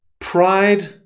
Pride